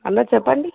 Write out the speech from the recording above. hello చెప్పండి